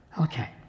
Okay